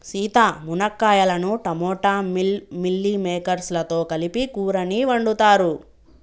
సీత మునక్కాయలను టమోటా మిల్ మిల్లిమేకేర్స్ లతో కలిపి కూరని వండుతారు